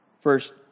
First